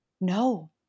No